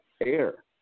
air